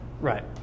Right